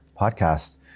podcast